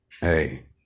hey